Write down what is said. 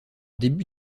début